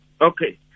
Okay